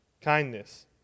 kindness